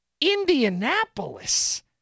Indianapolis